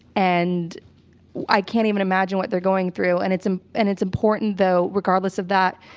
and i can't even imagine what they're going through, and it's um and it's important, though, regardless of that,